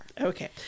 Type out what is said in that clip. Okay